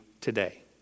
today